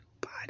body